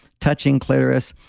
touching clitoris.